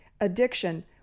addiction